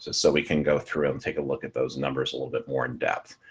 so we can go through and take a look at those numbers a little bit more in depth.